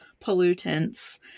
pollutants